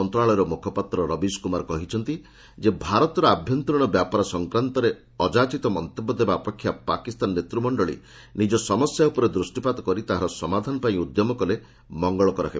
ମନ୍ତ୍ରଶାଳୟର ମୁଖପାତ୍ର ରବିଶ କୁମାର୍ କହିଛନ୍ତି ଯେ ଭାରତର ଆଭ୍ୟନ୍ତରୀଣ ବ୍ୟାପାର ସଂକ୍ରାନ୍ତରେ ଅଯାଚିତ ମନ୍ତବ୍ୟ ଦେବା ଅପେକ୍ଷା ପାକିସ୍ତାନ ନେତୃମଣ୍ଡଳୀ ନିଜ ସମସ୍ୟା ଉପରେ ଦୂଷ୍ଟିପାତ କରି ତାହାର ସମାଧାନ ପାଇଁ ଉଦ୍ୟମ କଲେ ମଙ୍ଗଳକର ହେବ